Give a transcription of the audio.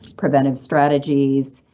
preventive strategies,